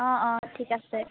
অঁ অঁ ঠিক আছে